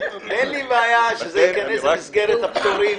אין לי בעיה שזה ייכנס במסגרת הפטורים